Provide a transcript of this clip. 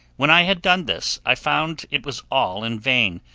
when i had done this i found it was all in vain,